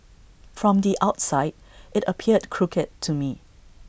from the outside IT appeared crooked to me